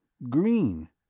green.